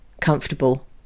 comfortable